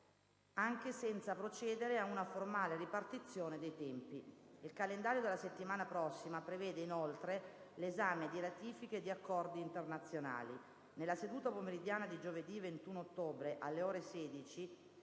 anche senza procedere a una formale ripartizione dei tempi. Il calendario della prossima settimana prevede inoltre l'esame di ratifiche di accordi internazionali. Nella seduta pomeridiana di giovedì 21 ottobre, alle ore 16,